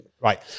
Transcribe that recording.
Right